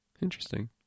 interesting